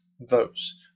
votes